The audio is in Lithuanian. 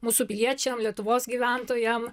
mūsų piliečiam lietuvos gyventojam